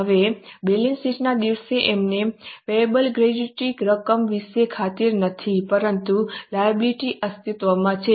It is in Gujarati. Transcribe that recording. હવે બેલેન્સ શીટના દિવસે અમને પેયેબલ્સ ગ્રેચ્યુઇટીની રકમ વિશે ખાતરી નથી પરંતુ લાયબિલિટી અસ્તિત્વમાં છે